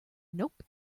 nope